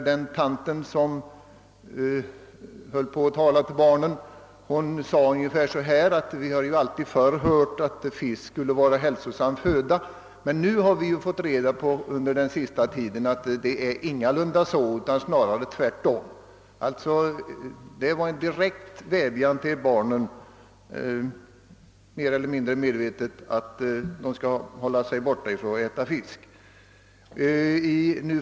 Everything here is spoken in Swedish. Den tant som talade till barnen sade ungefär så här: Vi har alltid förr hört att fisk skall vara hälsosam föda, men under den senaste tiden har vi fått reda på att det snarare är tvärtom. Det var alltså en direkt uppmaning till barnen — mer eller mindre medveten — att de skulle låta bli att äta fisk.